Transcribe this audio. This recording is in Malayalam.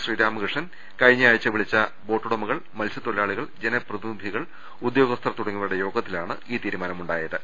ശ്രീരാമകൃഷ്ണൻ കഴിഞ്ഞയാഴ്ച്ച വിളിച്ച ബോട്ടുടമ കൾ മത്സ്യത്തൊഴിലാളികൾ ജനപ്രതിനിധികൾ ഉദ്യോഗസ്ഥർ തുടങ്ങിയവരുടെ യോഗത്തിലാണ് ഈ തീരുമാനം ഉണ്ടായത്